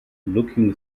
looking